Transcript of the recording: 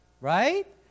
right